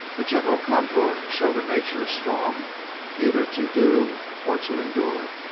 the general contour showed a nature strong either to do or to endure.